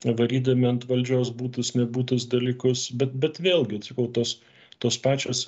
varydami ant valdžios būtus nebūtus dalykus bet bet vėlgi sakau tos tos pačios